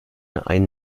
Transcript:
ein